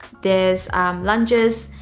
there's lunges,